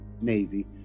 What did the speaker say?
Navy